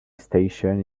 station